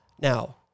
Now